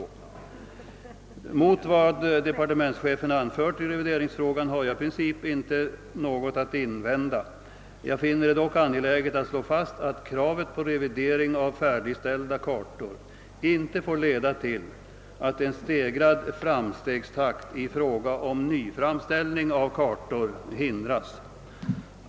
Jag har i princip ingenting att invända mot vad departementschefen anfört i revideringsfrågan men finner det angeläget att slå fast, att kravet på revidering av färdigställda kartor inte får leda till att en stegrad framstegstakt i fråga om nyframställning av kartor hindras.